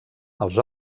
els